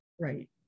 Right